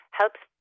helps